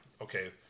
Okay